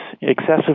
Excessive